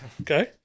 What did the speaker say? Okay